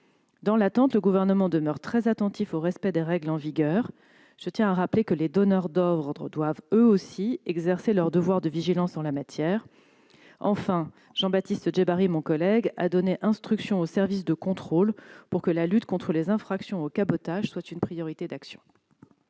Dans l'attente, le Gouvernement demeure très attentif au respect des règles en vigueur. Je tiens à rappeler que les donneurs d'ordre doivent eux aussi exercer leur devoir de vigilance en la matière. Enfin, mon collègue chargé des transports, Jean-Baptiste Djebbari, a donné instruction aux services de contrôle pour que la lutte contre les infractions au cabotage soit une priorité d'action.